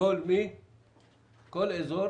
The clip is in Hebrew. כל אזור